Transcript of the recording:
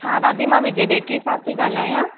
हा दादी मां विजय बेकरी सां थी ॻाल्हायां